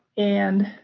and